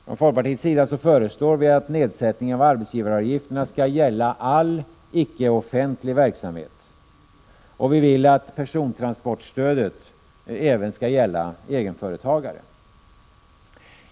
Från folkpartiets sida föreslår vi att nedsättningen av arbetsgivaravgifterna skall gälla all icke-offentlig verksamhet, och vi vill att persontransportstödet skall gälla även egenföretagare.